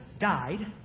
died